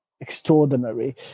extraordinary